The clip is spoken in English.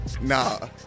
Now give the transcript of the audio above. nah